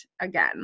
again